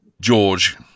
George